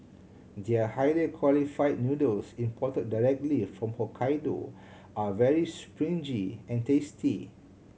their higher quality noodles imported directly from Hokkaido are very springy and tasty